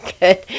good